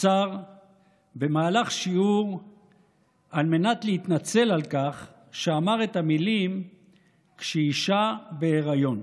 עצר במהלך שיעור על מנת להתנצל על כך שאמר את המילים "כשאישה בהיריון",